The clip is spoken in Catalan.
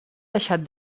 deixat